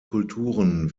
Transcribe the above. kulturen